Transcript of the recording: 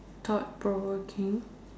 thought provoking